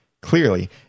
clearly